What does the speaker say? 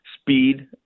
speed